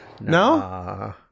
No